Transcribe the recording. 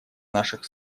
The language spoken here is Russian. наших